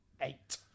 Eight